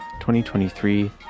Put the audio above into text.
2023